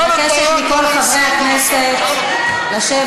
אני מבקשת מכל חברי הכנסת לשבת.